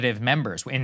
members